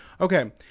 Okay